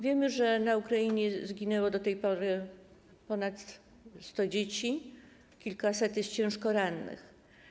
Wiemy, że na Ukrainie zginęło do tej pory ponad 100 dzieci, kilkaset jest ciężko rannych.